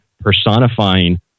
personifying